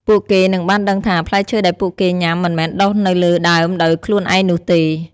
ពួកគេនឹងបានដឹងថា ផ្លែឈើដែលពួកគេញ៉ាំមិនមែនដុះនៅលើដើមដោយខ្លួនឯងនោះទេ។